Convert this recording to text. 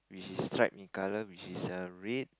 which is streak in color which is err red